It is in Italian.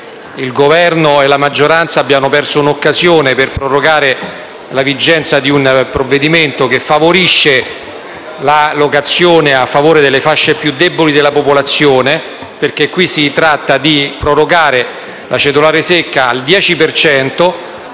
il Governo e la maggioranza abbiamo perso un'occasione per prorogare la vigenza di un provvedimento che favorisce la locazione a favore delle fasce più deboli della popolazione. Infatti si tratta di prorogare la cedolare secca al 10